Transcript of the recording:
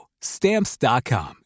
Stamps.com